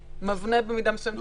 מבנה במידה מסוימת את שיקול הדעת.